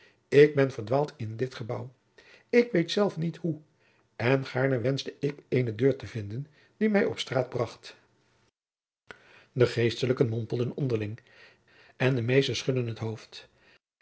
ik ben verdwaald in dit gebouw ik weet zelf niet hoe en gaarne wenschte ik eene deur te vinden die mij op straat bracht de geestelijken mompelden onderling en de meeken schudden het hoofd